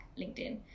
LinkedIn